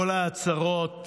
ההצהרות